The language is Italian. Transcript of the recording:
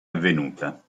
avvenuta